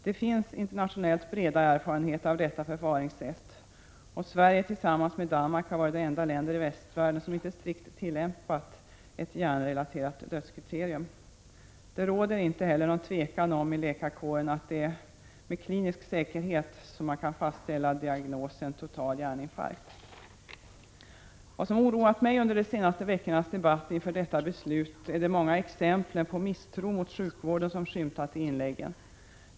Det finns internationellt breda erfarenheter av detta förfaringssätt, och Sverige tillsammans med Danmark har varit de enda länder i västvärlden som inte strikt tillämpat ett hjärnrelaterat dödskriterium. Inom läkarkåren råder det inte heller något tvivel om att man med klinisk säkerhet kan fastställa diagnosen total hjärninfarkt. Vad som oroat mig under de senaste veckornas debatt inför detta beslut är de många exempel på misstro mot sjukvården som skymtat i inläggen.